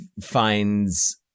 finds